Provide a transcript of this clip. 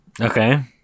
okay